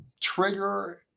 trigger